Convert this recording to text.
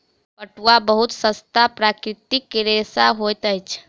पटुआ बहुत सस्ता प्राकृतिक रेशा होइत अछि